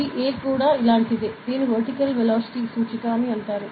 ఇది a కూడా ఇలాంటిదే దీని వర్టికల్ వెలాసిటీ సూచిక అంటారు